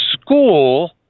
school